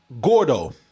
Gordo